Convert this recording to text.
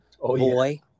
boy